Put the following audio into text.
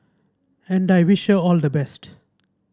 and I wish her all the best